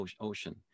Ocean